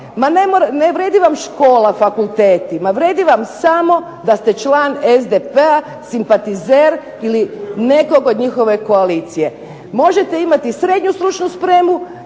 Ma ne vrijedi vam škola, fakulteti, ma vrijedi vam samo da ste član SDP-a, simpatizer ili nekog od njihove koalicije. Možete imati srednju stručnu spremu